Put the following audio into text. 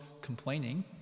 complaining